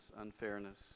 unfairness